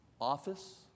office